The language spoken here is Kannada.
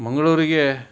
ಮಂಗಳೂರಿಗೆ